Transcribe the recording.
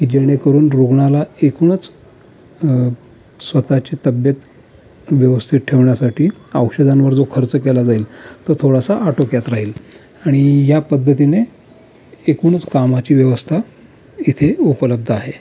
की जेणेकरून रुग्णाला एकूणच स्वतःची तब्येत व्यवस्थित ठेवण्यासाठी औषधांवर जो खर्च केला जाईल तो थोडासा आटोक्यात राहील आणि या पद्धतीने एकूणच कामाची व्यवस्था इथे उपलब्ध आहे